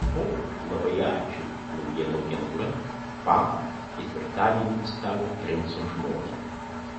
o labai ačiū naujienų agentūra pa ketvirtadienį citavo princo žmoną